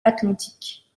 atlantique